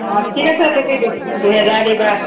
অঁ ঠিক আছে তুমি দু দুহেজাৰ দিবা